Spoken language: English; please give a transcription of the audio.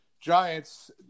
Giants